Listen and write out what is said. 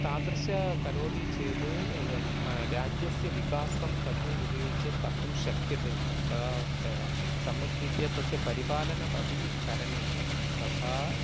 तादृशं करोति चेति व्य राज्यस्य विकासं तत् उपयुज्य कर्तुं शक्यते तदेव सम्यक् रीत्या तस्य परिपालनमपि करणीयं तथा